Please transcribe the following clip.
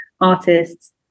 artists